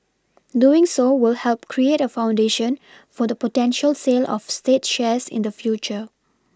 doing so will help create a foundation for the potential sale of state shares in the future